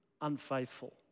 unfaithful